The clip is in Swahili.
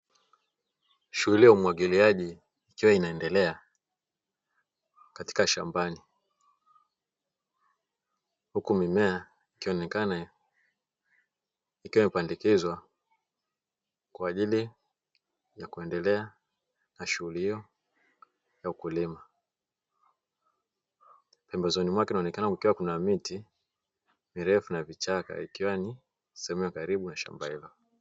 Shughuli ya umwagiliaji ikiwa inaendelea katika shambani huku mimea ikionekana ikiwa imepandikizwa kwa ajili ya kuendelea na shughuli hiyo ya kulima. Pembezoni mwake kunaonekana kukiwa na miti mirefu na vichaka ikiwa ni sehemu ya karibu na shamba hilo.